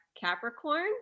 Capricorn